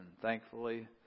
thankfully